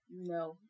No